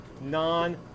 non